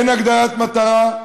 אין הגדרת מטרה,